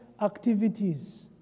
activities